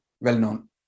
well-known